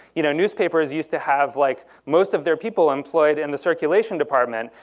you know, newspapers used to have like most of their people employed in the circulation department,